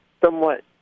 somewhat